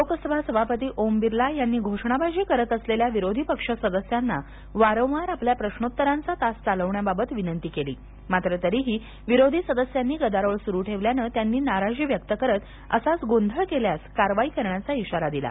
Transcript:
लोकसभा सभापती ओम दिला यांनी घोषणाबाजी करत असलेल्या विरोधी पक्ष सदस्यांना वारंवार आपल्या प्रश्नोत्तराचा तास चालवण्याबद्दल विनंती केली मात्र तरीही विरोधी सदस्यांनी गदारोळ सूरू ठेवल्यानं त्यांनी नाराजी व्यक करत असाच गोंधळ केल्यास कारवाई करण्याचा इशारा दिला